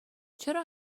چرا